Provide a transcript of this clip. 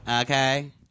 Okay